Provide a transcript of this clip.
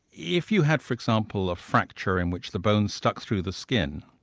if you had for example a fracture in which the bone stuck through the skin,